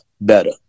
better